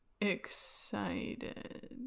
excited